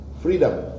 freedom